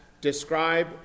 describe